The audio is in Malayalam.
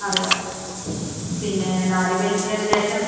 അറിയാം പിന്നെ നാല് പേർക്ക് ഏകദേശം